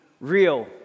real